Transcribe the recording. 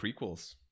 prequels